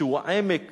שהוא העמק